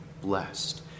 blessed